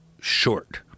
short